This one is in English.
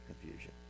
confusion